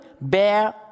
bear